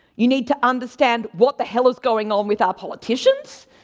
you need to understand what the hell is going on with our politicians.